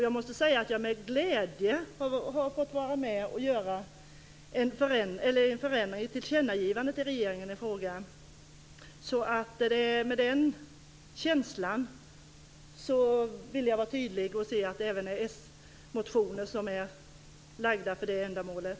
Jag måste säga att det är med glädje som jag har varit med om ett tillkännagivande till regeringen i frågan. Eftersom jag har den känslan vill jag vara tydlig och säga att det även har lagts fram s-motioner för det ändamålet.